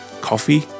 Coffee